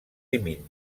límit